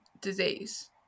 disease